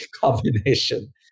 combination